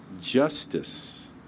justice